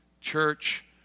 church